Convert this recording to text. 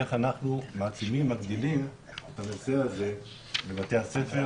איך אנחנו מעצימים ומגדילים את הנושא הזה בבתי הספר,